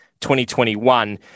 2021